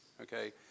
Okay